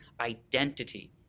identity